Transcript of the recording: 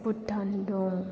भुटान दं